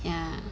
ya